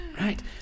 Right